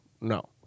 No